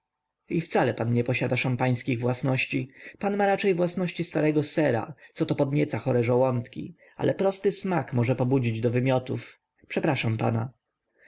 i wcale pan nie posiada szampańskich własności pan ma raczej własności starego sera co to podnieca chore żołądki ale prosty smak może pobudzić do wymiotów przepraszam pana